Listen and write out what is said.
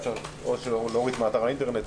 או אפשר להוריד אותו מאתר האינטרנט.